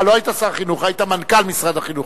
אה, לא היית שר החינוך, היית מנכ"ל משרד החינוך.